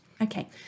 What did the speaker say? Okay